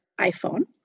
iPhone